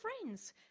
friends